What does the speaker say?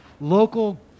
local